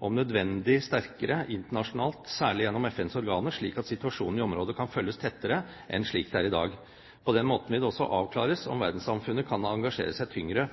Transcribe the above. om nødvendig sterkere internasjonalt særlig gjennom FNs organer, slik at situasjonen i området kan følges tettere enn i dag. På den måten vil det også avklares om verdenssamfunnet kan engasjere seg tyngre